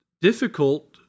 difficult